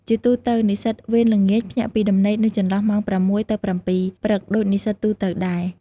ជាទូទៅ និស្សិតវេនល្ងាច ភ្ញាក់ពីដំណេកនៅចន្លោះម៉ោង ៦ ទៅ ៧ ព្រឹក ដូចនិស្សិតទូទៅដែរ។